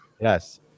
Yes